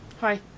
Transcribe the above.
Hi